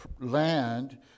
land